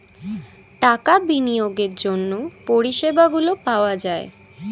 টাকা বিনিয়োগের জন্য পরিষেবাগুলো পাওয়া যায়